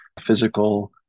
physical